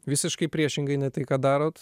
visiškai priešingai ne tai ką darote